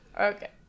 Okay